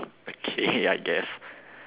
okay I guess